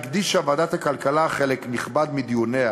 שלה הקדישה ועדת הכלכלה חלק נכבד מדיוניה,